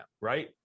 right